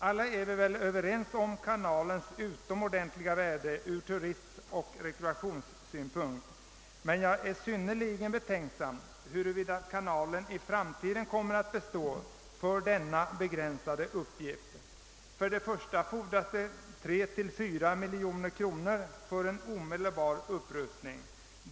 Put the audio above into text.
Alla är vi väl överens om kanalens utomordentliga värde ur turistoch rekreationssynpunkt men jag är synnerligen tveksam, huruvida kanalen i framtiden kan komma att bestå om den endast får denna begränsade uppgift. För det första fordras det 3—4 miljoner kronor för en omedelbar upprustning.